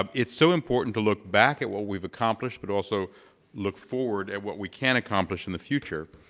um it's so important to look back at what we've accomplished, but also look forward at what we can accomplish in the future,